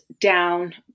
down